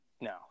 No